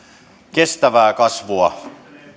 kestävää kasvua